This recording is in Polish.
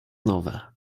nowe